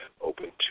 open